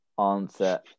answer